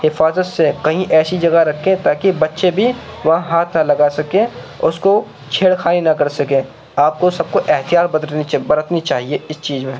حفاظت سے کہیں ایسی جگہ رکھیں تاکہ بچے بھی وہاں ہاتھ نہ لگا سکیں اور اس کو چھیڑ خانی نہ کر سکیں آپ کو سب کو احتیاط برتنی چاہیے اس چیز میں